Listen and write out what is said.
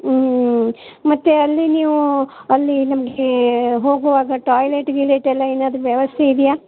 ಹ್ಞೂ ಮತ್ತೆ ಅಲ್ಲಿ ನೀವು ಅಲ್ಲಿ ನಮಗೆ ಹೋಗುವಾಗ ಟಾಯ್ಲೆಟ್ ಗಿಲೇಟ್ ಎಲ್ಲ ಏನಾದರೂ ವ್ಯವಸ್ಥೆ ಇದೆಯಾ